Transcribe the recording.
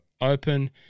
Open